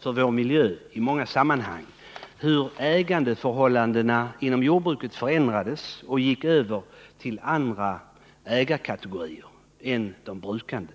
för vår miljö i många sammanhang, hur ägandeförhållandena inom jordbruket förändrades och ägandet gick över till andra ägarkategorier än de brukande.